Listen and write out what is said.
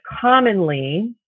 commonly